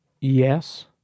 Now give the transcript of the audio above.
yes